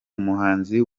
umuhanzi